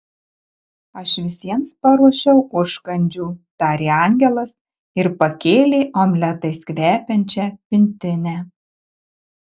aš visiems paruošiau užkandžių tarė angelas ir pakėlė omletais kvepiančią pintinę